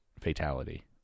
fatality